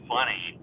funny